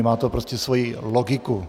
Má to prostě svoji logiku.